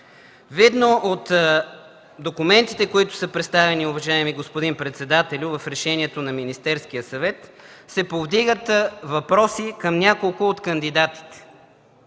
Видно от документите, които са представени, уважаеми господин председателю, в решението на Министерския съвет, се повдигат въпроси към няколко от кандидатите